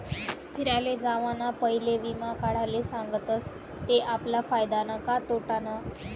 फिराले जावाना पयले वीमा काढाले सांगतस ते आपला फायदानं का तोटानं